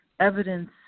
evidence